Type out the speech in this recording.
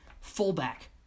fullback